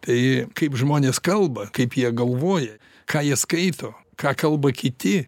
tai kaip žmonės kalba kaip jie galvoja ką jie skaito ką kalba kiti